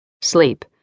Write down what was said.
Sleep